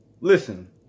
listen